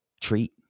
treat